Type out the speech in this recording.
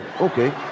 okay